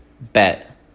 Bet